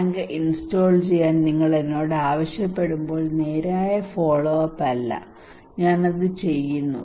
tank install ചെയ്യാൻ നിങ്ങൾ എന്നോട് ആവശ്യപ്പെടുന്നത് നേരായ ഫോളോ അപ്പ് അല്ല ഞാൻ അത് ചെയ്യുന്നു